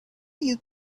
you